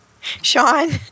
Sean